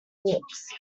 books